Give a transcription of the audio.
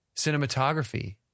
cinematography